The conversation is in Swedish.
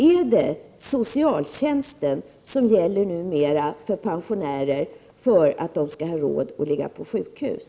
Är det socialtjänsten som gäller numera för pensionärer, för att de skall ha råd att ligga på sjukhus?